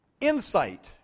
Insight